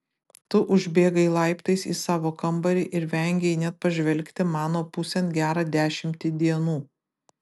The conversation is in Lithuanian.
tu užbėgai laiptais į savo kambarį ir vengei net pažvelgti mano pusėn gerą dešimtį dienų